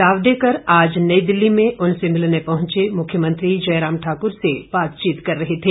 जावडेकर आज नई दिल्ली में उनसे मिलने पहुंचे मुख्यमंत्री जयराम ठाकुर से बातचीत कर रहे थे